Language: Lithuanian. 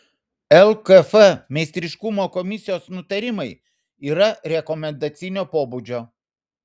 lkf meistriškumo komisijos nutarimai yra rekomendacinio pobūdžio